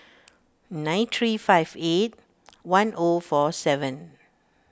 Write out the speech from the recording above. nine three five eight one O four seven